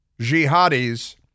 jihadis